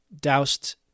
doused